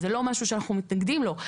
זה לא משהו שאנחנו מתנגדים לא,